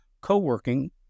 co-working